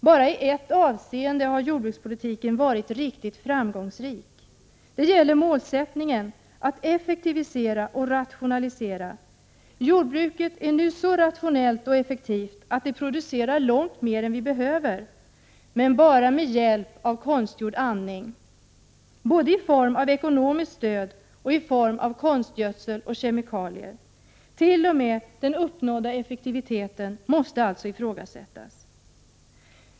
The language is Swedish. Bara i ett avseende har jordbrukspolitiken varit riktigt framgångsrik. Det gäller målsättningen att effektivisera och rationalisera. Jordbruket är nu så rationellt och effektivt att det producerar långt mer än vi behöver, men bara med hjälp av konstgjord andning både i form av ekonomiskt stöd och i form av konstgödsel och kemikalier. T.o.m. den uppnådda effektiviteten måste alltså ifrågasättas.